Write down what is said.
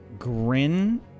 grin